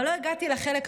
אבל לא הגעתי לחלק המרכזי,